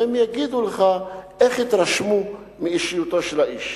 והם יגידו לך איך התרשמו מאישיותו של האיש.